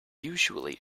usually